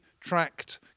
tracked